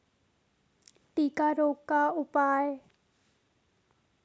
टिक्का रोग का उपाय?